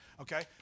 Okay